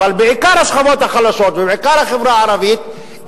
אבל בעיקר השכבות החלשות ובעיקר החברה הערבית,